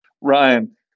Ryan